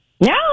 No